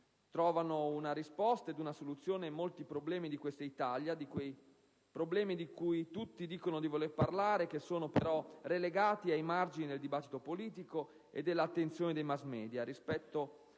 trovino risposta e soluzione molti bisogni, molti problemi di questa Italia, quelli di cui tutti dicono di voler parlare, che sono però relegati ai margini del dibattito politico e dell'attenzione dei *mass-media* rispetto